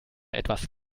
etwas